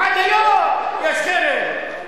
עד היום יש חרם.